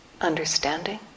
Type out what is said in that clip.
understanding